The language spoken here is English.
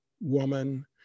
woman